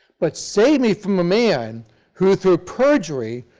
but save me from a man who, through, perjury,